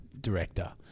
Director